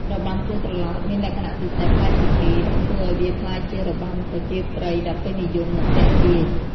របាំគោះត្រឡោក មានលក្ខណៈពិសេសប្លែកពីគេ ដែលធ្វើឱ្យវាក្លាយជារបាំប្រជាប្រិយដ៏ពេញនិយម និងទាក់ទាញ។